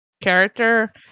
character